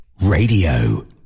Radio